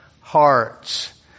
hearts